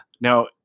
Now